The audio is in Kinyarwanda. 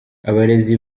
abarezi